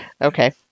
Okay